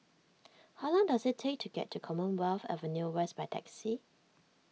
how long does it take to get to Commonwealth Avenue West by taxi